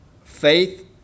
faith